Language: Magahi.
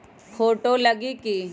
फोटो लगी कि?